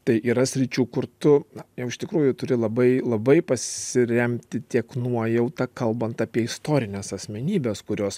tai yra sričių kur tu na jau iš tikrųjų turi labai labai pasiremti tiek nuojauta kalbant apie istorines asmenybes kurios